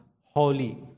holy